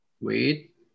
Wait